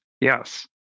yes